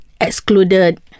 excluded